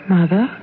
Mother